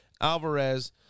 Alvarez